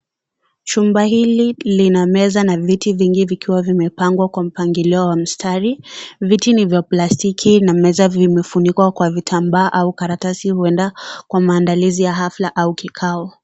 Chumba hili lina meza na viti vingi vikiwa vimepangwa kwa mpangilio wa mstari. Vitini vya plastiki na meza vimefunikwa kwa vitambaa au karatasi huenda kwa maandalizi ya hafla au kikao.